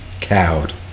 cowed